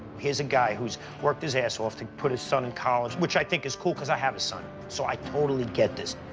here's a guy who's worked his ass off to put his son in college, which i think is cool, cos i have a son, so i totally get this.